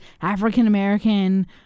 African-American